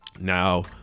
Now